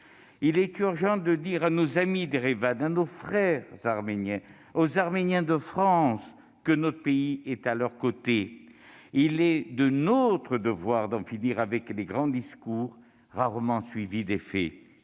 il est urgent de dire à nos amis d'Erevan, à nos frères arméniens, aux Arméniens de France, que notre pays est à leurs côtés. Et il est de notre devoir d'en finir avec les grands discours rarement suivis d'effets.